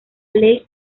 ley